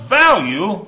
value